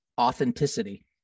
authenticity